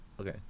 okay